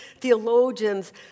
theologians